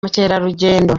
mukerarugendo